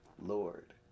Lord